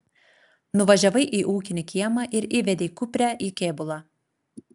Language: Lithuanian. nuvažiavai į ūkinį kiemą ir įvedei kuprę į kėbulą